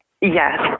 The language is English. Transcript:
Yes